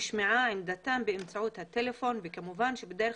נשמעה עמדתם באמצעות הטלפון וכמובן שבדרך